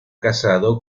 casado